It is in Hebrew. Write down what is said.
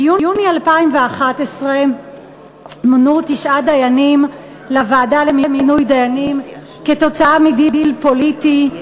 ביוני 2011 מונו תשעה דיינים לוועדה למינוי דיינים כתוצאה מדיל פוליטי.